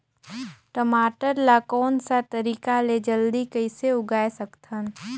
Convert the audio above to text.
टमाटर ला कोन सा तरीका ले जल्दी कइसे उगाय सकथन?